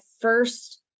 first